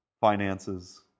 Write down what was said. finances